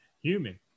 human